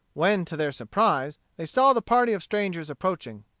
when, to their surprise, they saw the party of strangers approaching.